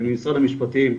ממשרד המשפטים,